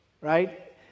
right